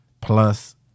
Plus